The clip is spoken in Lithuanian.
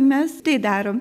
mes tai darom